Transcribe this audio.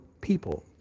people